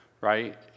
right